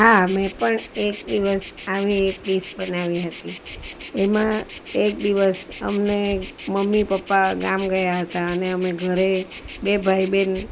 હા મેં પણ એક દિવસ આવી એક ડિશ બનાવી હતી એમાં એક દિવસ અમને મમ્મી પપ્પા ગામ ગયા હતા અને અમે ઘરે બે ભાઈ બેન